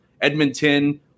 Edmonton